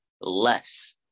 less